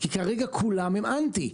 כי כרגע כולם הם אנטי.